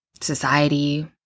society